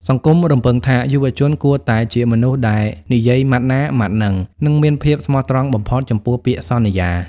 សង្គមរំពឹងថា យុវជនគួរតែ "ជាមនុស្សដែលនិយាយម៉ាត់ណា ម៉ាត់ហ្នឹង" និងមានភាពស្មោះត្រង់បំផុតចំពោះពាក្យសន្យា។